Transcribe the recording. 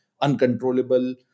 uncontrollable